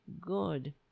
good